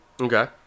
Okay